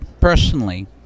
personally